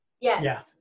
Yes